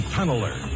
Tunneler